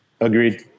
Agreed